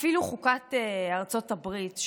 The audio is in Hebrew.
אפילו חוקת ארצות הברית,